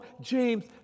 James